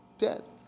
dead